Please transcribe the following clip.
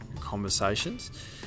conversations